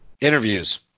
interviews